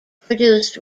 produced